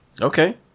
Okay